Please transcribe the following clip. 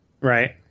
Right